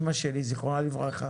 אמא שלי זכרה לברכה